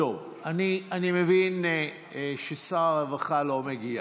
אני מבין ששר הרווחה לא מגיע.